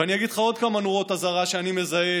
ואני אגיד לך עוד כמה נורות אזהרה שאני מזהה